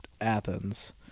Athens